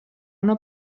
una